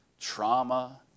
trauma